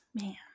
man